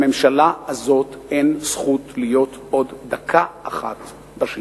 לממשלה הזאת אין זכות להיות עוד דקה אחת בשלטון.